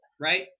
right